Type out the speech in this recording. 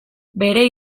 bere